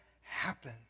happen